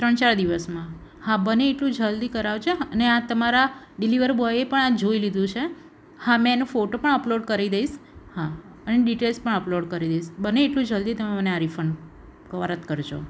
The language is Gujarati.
ત્રણ ચાર દિવસમાં હા બને એટલું જલ્દી કરાવજો અને આ તમારા ડિલિવર બોયે પણ જોઈ લીધું છે હા મેં એનો ફોટો પણ અપલોડ કરી દઇશ હા અને ડિટેલ્સ પણ અપલોડ કરી દઇશ બને એટલું જલ્દી તમે મને આ રિફંડ પરત કરજો